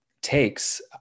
takes